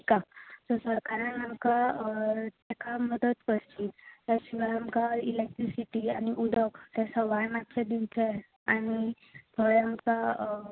so सरकारान आमकां हाका मद करची त्या शिवाय आमकां इलॅक्ट्रिसिटी आनी उदक हें सवाय मातशे दिवंक जाय आनी थंय आमकां